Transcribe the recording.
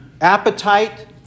appetite